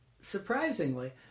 Surprisingly